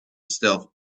stealth